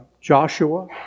Joshua